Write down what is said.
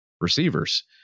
receivers